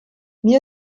mir